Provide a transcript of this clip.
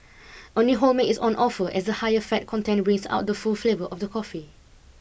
only whole milk is on offer as the higher fat content brings out the full flavour of the coffee